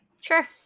sure